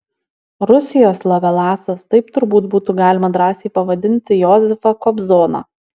rusijos lovelasas taip turbūt būtų galima drąsiai pavadinti josifą kobzoną